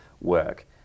work